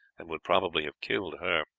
and would probably have killed her,